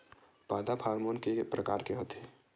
पादप हामोन के कतेक प्रकार के होथे?